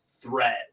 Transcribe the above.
threat